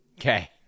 Okay